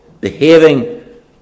behaving